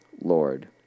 Lord